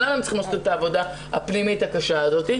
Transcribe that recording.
למה הם צריכים לעשות את העבודה הפנימית הקשה הזאת.